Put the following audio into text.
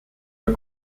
der